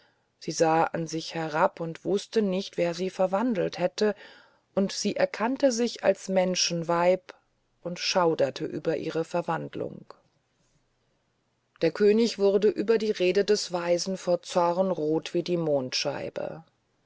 sie sah an sich herab und wußte nicht wer sie verwandelt hätte und sie erkannte sich als menschenweib und schauderte über ihre verwandlung der könig wurde über die rede des weisen vor zorn rot wie die mondscheibe